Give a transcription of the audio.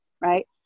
right